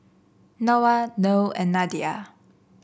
Noah Noh and Nadia